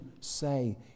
say